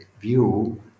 view